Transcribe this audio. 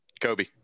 Kobe